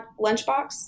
lunchbox